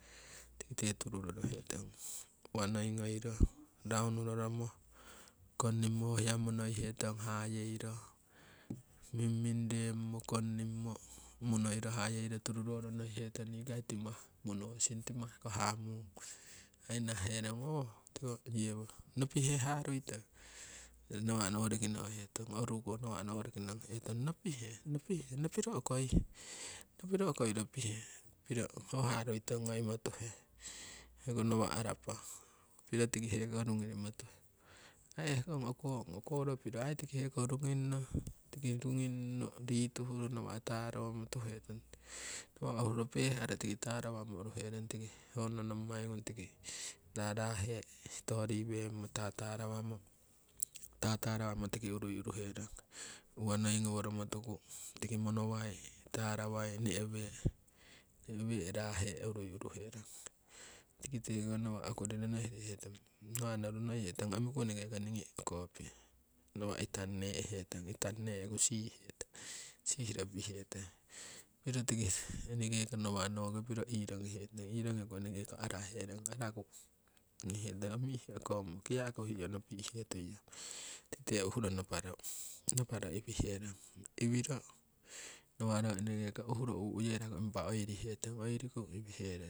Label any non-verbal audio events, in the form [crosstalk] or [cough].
Tikitee tururorohe tong uwa noi ngoiro raunu roromo kongnimo ho hiya monoihe tong hayeiro mimming reemo kongnimo monoiro hayeiro tururoro nokihe tong nikai timah monosing timahko hamung. Aii narahe rong [hesitation] tiko yewo nopihe harui tong, nawa' noworiki no'hetong oruko nawa' noworiki no'hetong nopihe. Nopiro ukoihe nopiro ukoiroi pihee piro ho harui tong ngoimo tuhe hoko nawa' arapah piro tiki heko rugimo tuhe, aii ehkong ukong ukoro piro tiki heko ruginno tiki ruginno rituhro nawa' taromo tuhetong. Nawa' uhuro pehkaro tiki taramo uruherong tiki hoono nommai ngung tiki rarah hee stori weemo tatarawamo tiki urui uruhe rong uwa noi ngoworomo tuku monowai tarawai ne'wee rah hee urui [noise] uruherong. Tikitee ko nawa' okuriro nokihe tong omiku eneke ko ngini ukope nawa' itaneehe tong itan nekuu sihihe tong sihiro pihetong piro tiki [noise] eneke ko nawa' noki piro irogihe tong irogiku enekeko araherong. Araku ngokihe tong, omi'he ukomo kiyaku huiyo nopi'he tuiyong tiki uhuro naparo iwihe rong iwiro, nawa' ro eneke ko uhuro uyeeraku impa oirihe tong oiriku iwihe rong.